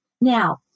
Now